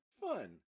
Fun